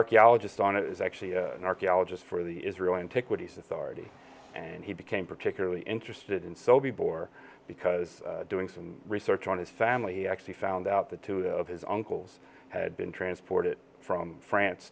archaeologist on it is actually an archaeologist for the israel antiquities authority and he became particularly interested in sobibor because doing some research on his family actually found out that two of his uncles had been transported from france